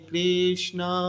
Krishna